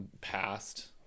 past